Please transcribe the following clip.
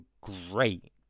great